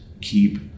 keep